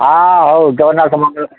ହଁ ହଉ ଜଗନ୍ନାଥ ମଙ୍ଗଳ